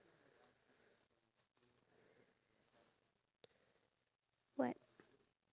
like the thing that I really agree on it is the fact that you increase the price then